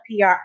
PR